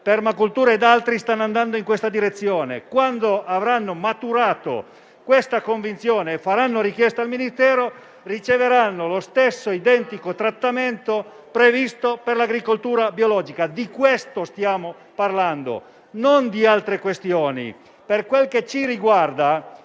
permacultura ed altri sistemi stanno andando in questa direzione; quando avranno maturato tale convinzione e faranno richiesta al Ministero, riceveranno lo stesso identico trattamento previsto per l'agricoltura biologica. Di questo stiamo parlando, non di altre questioni. Per quel che ci riguarda,